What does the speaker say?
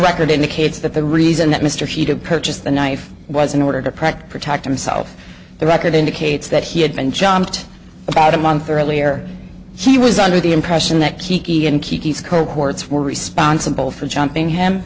record indicates that the reason that mr he did purchase the knife was in order to practice tact himself the record indicates that he had been jumped about a month earlier he was under the impression that kiki and kiki's cohorts were responsible for jumping him